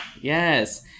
Yes